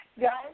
Guys